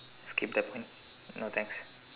skip that one no thanks